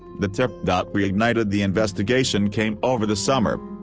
the tip that reignited the investigation came over the summer.